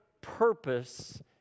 purpose